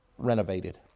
renovated